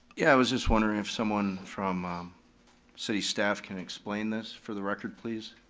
yeah i was just wondering if someone from um city staff can explain this, for the record please.